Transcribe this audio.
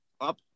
Up